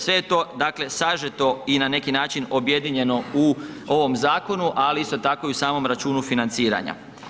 Sve to dakle sažeto i na neki način objedinjeno u ovom zakonu ali isto tako i u samom računu financiranja.